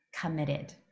committed